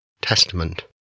testament